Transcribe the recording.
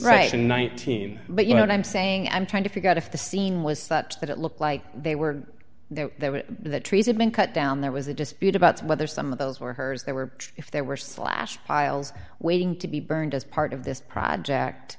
writing nineteen but you know what i'm saying i'm trying to figure out if the scene was such that it looked like they were there the trees had been cut down there was a dispute about whether some of those were hers they were if there were slash piles waiting to be burned as part of this project